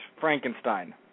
Frankenstein